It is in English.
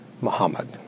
Muhammad